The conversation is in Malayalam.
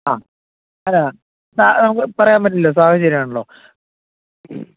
ആ അല്ല നമുക്ക് പറയാൻ പറ്റില്ല സാഹചര്യം ആണല്ലോ